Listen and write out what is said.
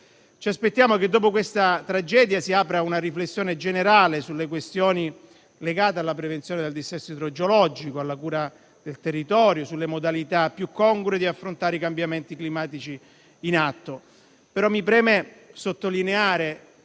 Ci aspettiamo che dopo questa tragedia si apra una riflessione generale sulle questioni legate alla prevenzione dal dissesto idrogeologico, alla cura del territorio, alle modalità più congrue ad affrontare i cambiamenti climatici in atto. Mi preme però sottolineare